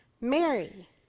Mary